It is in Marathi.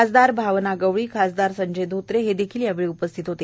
खासदार भावना गवळी खासदार संजय धोत्रे हेही यावेळी उपस्थित होते